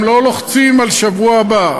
גם לא לוחצים על שבוע הבא,